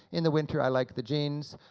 in the winter i like the jeans.